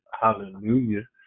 Hallelujah